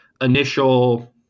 initial